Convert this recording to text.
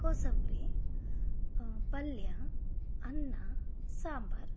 ಕೋಸಂಬರಿ ಪಲ್ಯ ಅನ್ನ ಸಾಂಬಾರು